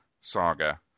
Saga